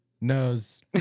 nose